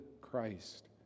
Christ